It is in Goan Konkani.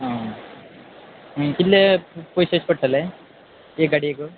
आं कितले पयशे पडटले एक गाडयेक